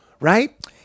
Right